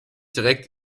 direkt